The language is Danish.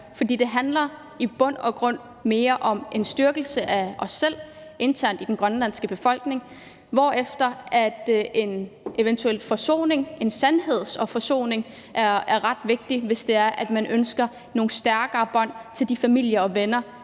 for det handler i bund og grund mere om en styrkelse af os selv internt i den grønlandske befolkning; en eventuel forsoning, en sandheds- og forsoningsproces, er ret vigtig, hvis det er, man ønsker nogle stærkere bånd til de familiemedlemmer og venner,